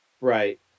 right